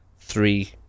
three